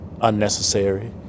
unnecessary